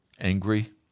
Angry